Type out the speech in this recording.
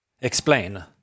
Explain